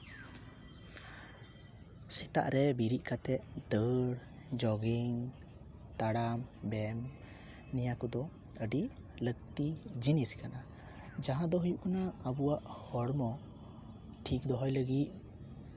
ᱥᱮᱛᱟᱜ ᱨᱮ ᱵᱤᱨᱤᱫ ᱠᱟᱛᱮ ᱫᱟᱹᱲ ᱡᱳᱜᱤᱝ ᱛᱟᱲᱟᱢ ᱵᱮᱭᱟᱢ ᱱᱤᱭᱟᱹ ᱠᱚᱫᱚ ᱟᱹᱰᱤ ᱞᱟᱹᱠᱛᱤ ᱡᱤᱱᱤᱥ ᱠᱟᱱᱟ ᱡᱟᱦᱟᱸ ᱫᱚ ᱦᱩᱭᱩᱜ ᱠᱟᱱᱟ ᱟᱵᱚᱣᱟᱜ ᱦᱚᱲᱢᱚ ᱴᱷᱤᱠ ᱫᱚᱦᱚᱭ ᱞᱟᱹᱜᱤᱫ